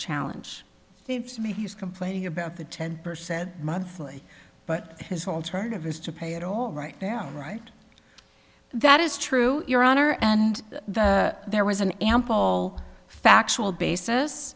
challenge me he's complaining about the ten percent monthly but his alternative is to pay it all right now right that is true your honor and there was an ample factual basis